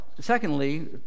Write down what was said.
secondly